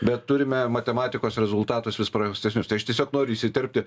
bet turime matematikos rezultatus vis prastesnius tai aš tiesiog noriu įsiterpti